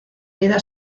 vida